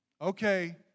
Okay